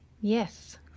Yes